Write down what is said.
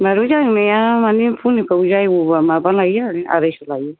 माइरं जावनाया माने फुंनिखौ जायोब्ला माबा लायो ओरैनो आरायस' लायो